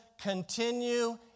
continue